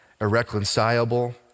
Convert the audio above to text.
irreconcilable